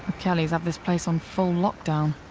kellys have this place on full lockdown.